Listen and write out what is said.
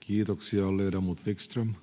Kiitoksia. — Ledamot Wickström,